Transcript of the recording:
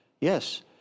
Yes